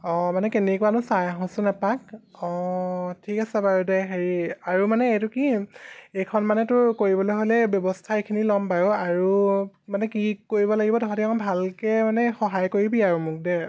অঁ মানে কেনেকুৱানো চাই আহোচোন এপাক অঁ ঠিক আছে বাৰু দে হেৰি আৰু মানে এইটো কি এইখন মানে তোৰ কৰিবলৈ হ'লে ব্যৱস্থা এইখিনি ল'ম বাৰু আৰু মানে কি কি কৰিব লাগিব তহঁতে অলপ ভালকৈ মানে সহায় কৰিবি আৰু মোক দে